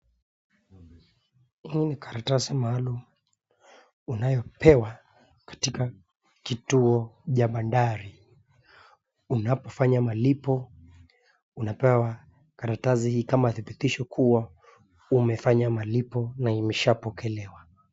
Hii ni karatasi maalum unayopewa katika kituo cha bandari, unapofanya malipo unapewa karatasi hii kama thibitisho kuwa umefanya malipo na imeshapokelewa.